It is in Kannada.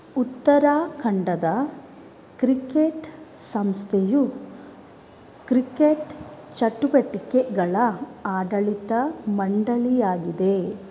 ಉತ್ತರಾಖಂಡದ ಕ್ರಿಕೆಟ್ ಸಂಸ್ಥೆಯು ಕ್ರಿಕೆಟ್ ಚಟುವಟಿಕೆಗಳ ಆಡಳಿತ ಮಂಡಳಿಯಾಗಿದೆ